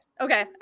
Okay